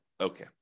okay